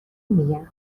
میگم